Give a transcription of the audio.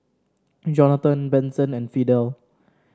Jonathon Benson and Fidel